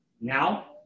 Now